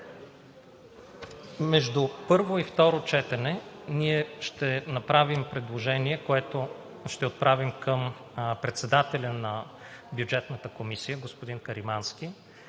Между първо и второ четене ние ще направим предложение, което ще отправим към председателя на Бюджетната комисия – господин Каримански,